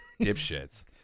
dipshits